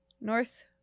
North